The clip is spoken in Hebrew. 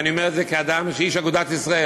ואני אומר את זה כאיש אגודת ישראל,